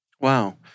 Wow